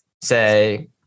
say